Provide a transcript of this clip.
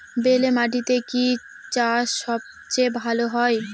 বেলে মাটিতে কি চাষ সবচেয়ে ভালো হয়?